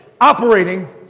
operating